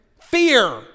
fear